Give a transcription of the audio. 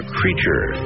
creature